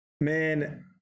Man